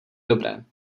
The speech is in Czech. dobré